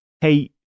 hey